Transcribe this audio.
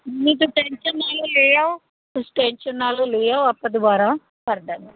ਨਹੀਂ ਤੁਸੀਂ ਟੈਨਸ਼ਨ ਨਾ ਲਿਓ ਲੈ ਆਓ ਤੁਸੀਂ ਟੈਨਸ਼ਨ ਨਾ ਲਿਓ ਲੈ ਆਓ ਆਪਾਂ ਦੁਬਾਰਾ ਕਰ ਦਾਂਗੇ ਜੀ